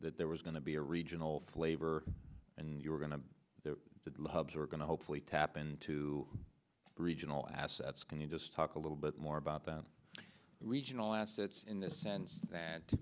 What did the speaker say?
that there was going to be a regional flavor and you were going to do hubs are going to hopefully tap into regional assets can you just talk a little bit more about regional assets in the sense